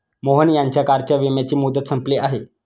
मोहन यांच्या कारच्या विम्याची मुदत संपली आहे